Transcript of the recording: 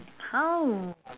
!ow!